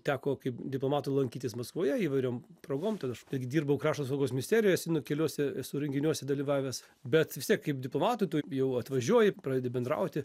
teko kaip diplomatui lankytis maskvoje įvairiom progom tad aš taigi dirbau krašto apsaugos misterijoj esu nu keliuose esu renginiuose dalyvavęs bet vis tiek kaip diplomatui tu jau atvažiuoji pradedi bendrauti